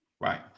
Right